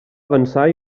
avançar